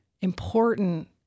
important